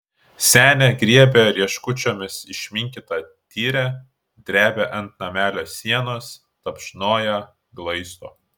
senė griebia rieškučiomis išminkytą tyrę drebia ant namelio sienos tapšnoja glaisto